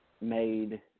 made